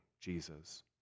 Jesus